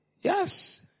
Yes